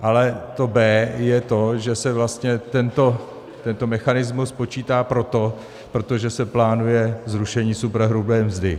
Ale to B je to, že se vlastně tento mechanismus počítá proto, protože se plánuje zrušení superhrubé mzdy.